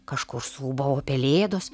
kažkur suūbavo pelėdos